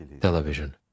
television